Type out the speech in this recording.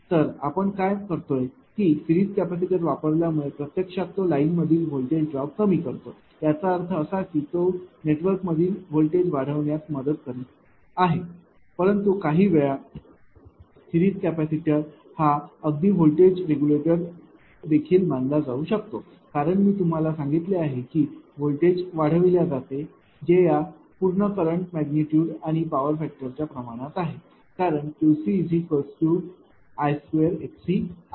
तर आपण काय करतोय की सिरीज कॅपेसिटर वापरल्यामुळे प्रत्यक्षात तो लाईन मधील व्होल्टेज ड्रॉप कमी करतो याचा अर्थ असा की तो नेटवर्कमधील व्होल्टेज वाढविण्यात मदत करत आहे परंतु काही वेळा सिरीज कॅपेसिटर हा अगदी व्होल्टेज रेग्युलेटर देखील मानला जाऊ शकतो कारण मी तुम्हाला सांगितले आहे की व्होल्टेज वाढविल्या जाते जे या पूर्ण करंटच्या मैग्निटूड आणि पावर फॅक्टरच्या प्रमाणात आहे कारण QcI2xc आहे